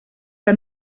que